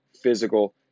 physical